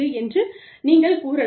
என்று நீங்கள் கூறலாம்